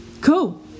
Cool